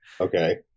Okay